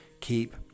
keep